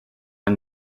han